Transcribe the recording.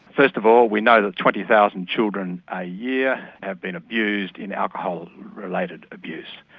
first of all we know that twenty thousand children a year have been abused in alcohol related abuse.